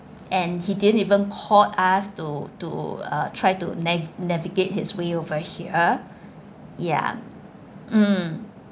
and he didn't even call us to to uh try to na~ navigate his way over here ya mm